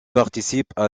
participent